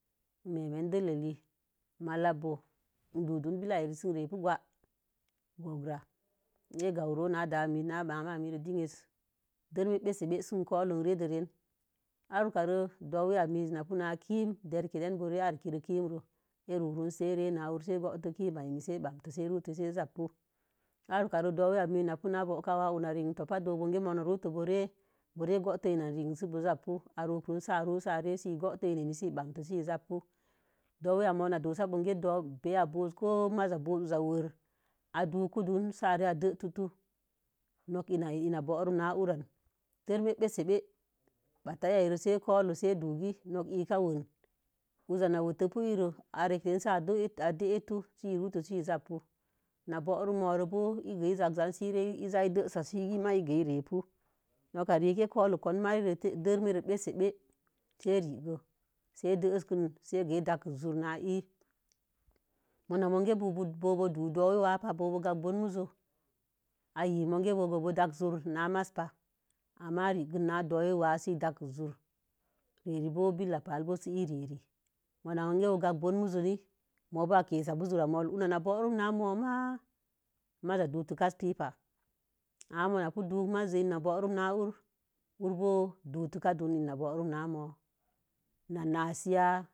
Ii menen dəllə a lil mala'labo ii dodon ɓalah ai ē kə sə i do bilah a ki. Gu'wurai ē gawuro na da'ami n mama mise dinyensi. Dəmii bensə bə si n kulo ii re dəren a'uwuka dowii ya miiz, na pi n ki'mii dərkə dən. Bo̱o̱re a'ranki rə i runrun, na wurun arkə a re. Si a runto sə a zabu ara wukare dowii a mii na buna go̱woka wa'a wuna rə nen tope ren doka ma'a ruto bo̱o̱ boto una rehii sə bozabu. A rukə rə sə a run sə ii boote inni sə ii bantə tə kə dowii ya moiz nok na doza beniya mowusə. A dukun dun sə a'a detutu'u nok i n burun na wuran dəmii bənsə bəə. Ba'atah ii re sə a kolowu nok ika werni. wuza na werti bu ire a rə ren si ii dən'utu sə i runtuto sə ii zanbu n buwun mo̱ren mo̱o̱ re ii zan kə zan mooru yan ma sə i za idəsə yan sə i ga'a sə irebu noka rekə ā kolo kon marrii dəlləmi marrii bensə beə si i rə gai si ədəsikə si āgasi ādəksə zu'ur na ii mo'ona monkə bo̱o̱bo dodowii wa pa. Bo̱o̱ba gagan bo̱o̱ mu zu'u ii ē mo̱o̱gi'u. Babu dəsə zu'ur n maiiz bəii ya mosə ko wa zamoiz sə were a dugu dun sə a dətitu nok ii na əni nok ina burun n rani. Dəlləmi bəsə bə ba'ataya a'are sə ē kolo nok ēka werni wuza na wer za nawertə wulo. A re'kə ren sə a dəitu sə ii runto sə i zanbu nə borrun mo̱o̱bo ii gaiz sə i za si ii dəsa ii ma ii i rebu nok ka rekə marrii dəllək besi bəu si a rekə sə ā dəsəkə si ii gasi ēē dagukə zu'ur na ēē mona monkə bo̱o̱du dowii-bo̱o̱be gamke boon mujo. i yimon kə bo̱o̱ dase zu'ur na maiz pa. Ama regəm no dowii wa sə ii dakisə zu'ur re'are bo̱o̱ billək pa ma ii re'arə mo̱o̱na mon ge bo̱o̱ gamkə bo̱o̱mon munzi nēē. mobo̱o̱ a kesə kə ula'a na borun n mo̱o̱ma maza'a ama ma biduk ma'iz. urlra ina bo̱o̱ron na mo̱o̱i na nasə ya'a